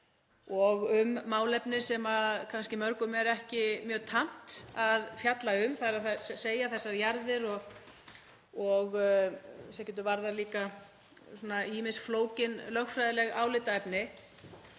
og um málefni sem kannski mörgum er ekki mjög tamt að fjalla um, þ.e. þessar jarðir, og það getur varðað líka ýmis flókin lögfræðileg álitaefni